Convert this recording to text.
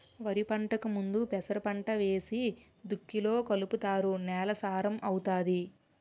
వరిపంటకు ముందు పెసరపంట ఏసి దుక్కిలో కలుపుతారు నేల సారం అవుతాది